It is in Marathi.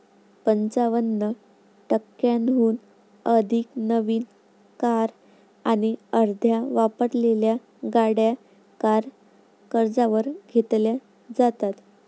पंचावन्न टक्क्यांहून अधिक नवीन कार आणि अर्ध्या वापरलेल्या गाड्या कार कर्जावर घेतल्या जातात